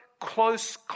close